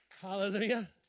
Hallelujah